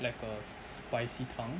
like a spicy tongue